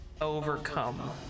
overcome